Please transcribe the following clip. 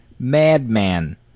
Madman